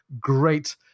great